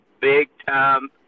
big-time